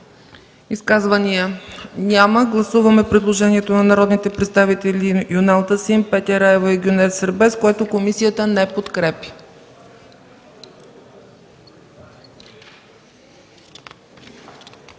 Изказвания? Няма. Гласуваме предложението на народните представители Юнал Тасим, Петя Раева и Гюнер Сербест, което комисията не подкрепя.